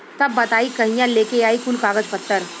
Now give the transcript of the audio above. तब बताई कहिया लेके आई कुल कागज पतर?